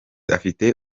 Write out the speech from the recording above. afite